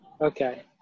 Okay